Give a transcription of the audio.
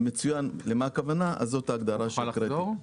תוכל לחזור?